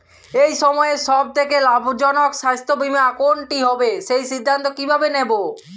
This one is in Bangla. এই সময়ের সব থেকে লাভজনক স্বাস্থ্য বীমা কোনটি হবে সেই সিদ্ধান্ত কীভাবে নেব?